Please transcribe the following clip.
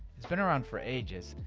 it's been around for ages,